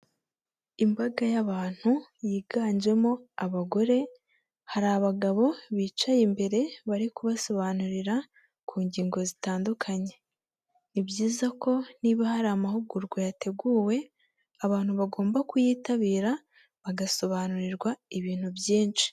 Imbaga y'abantu yiganjemo abagore, hari abagabo bicaye imbere, bari kubasobanurira ku ngingo zitandukanye. Ni byiza ko niba hari amahugurwa yateguwe abantu bagomba kuyitabira, bagasobanurirwa ibintu byinshi.